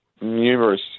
numerous